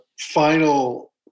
final